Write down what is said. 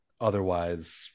otherwise